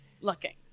looking